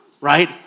Right